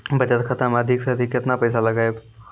बचत खाता मे अधिक से अधिक केतना पैसा लगाय ब?